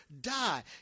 die